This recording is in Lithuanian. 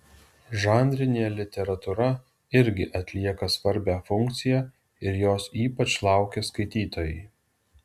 žanrinė literatūra irgi atlieka svarbią funkciją ir jos ypač laukia skaitytojai